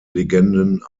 legenden